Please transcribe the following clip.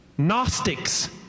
Gnostics